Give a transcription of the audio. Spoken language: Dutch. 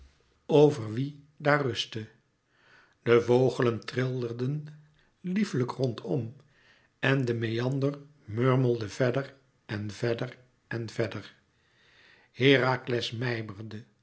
over wie daar rustte de vogelen trillerden lieflijk rondom en de meander murmelde verder en verder en verder herakles